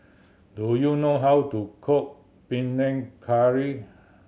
do you know how to cook Panang Curry